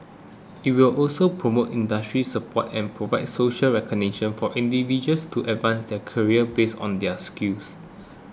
it will also promote industry support and provide social recognition for individuals to advance their careers based on their skills